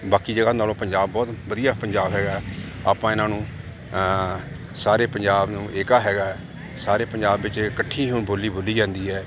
ਬਾਕੀ ਜਗ੍ਹਾ ਨਾਲੋਂ ਪੰਜਾਬ ਬਹੁਤ ਵਧੀਆ ਪੰਜਾਬ ਹੈਗਾ ਆਪਾਂ ਇਹਨਾਂ ਨੂੰ ਸਾਰੇ ਪੰਜਾਬ ਨੂੰ ਏਕਾ ਹੈਗਾ ਸਾਰੇ ਪੰਜਾਬ ਵਿੱਚ ਇਕੱਠੀ ਹੁਣ ਬੋਲੀ ਬੋਲੀ ਜਾਂਦੀ ਹੈ